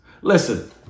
Listen